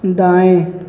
दाएँ